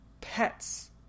pets